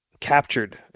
captured